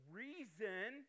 reason